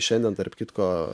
šiandien tarp kitko